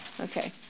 Okay